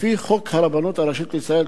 לפי חוק הרבנות הראשית לישראל,